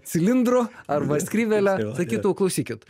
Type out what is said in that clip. cilindru arba skrybėle sakytų klausykit